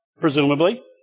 presumably